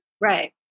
right